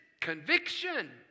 conviction